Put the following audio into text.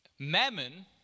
Mammon